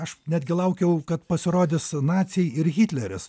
aš netgi laukiau kad pasirodys naciai ir hitleris